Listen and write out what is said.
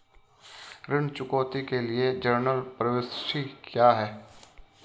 ऋण चुकौती के लिए जनरल प्रविष्टि क्या है?